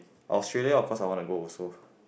Australia of course I want to go also